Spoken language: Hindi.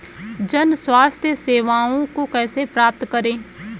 जन स्वास्थ्य सेवाओं को कैसे प्राप्त करें?